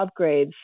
upgrades